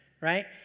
Right